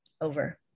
Over